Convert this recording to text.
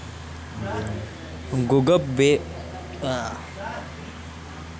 गुगप पे बने सबे बर हवय सबे जिनिस मनखे मन ह बने बिसा सकथे एखर ले उहीं पाय के ऐखर गराहक ह घलोक काहेच के होगे हवय